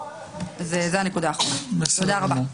תודה רבה.